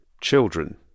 children